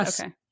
okay